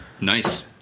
Nice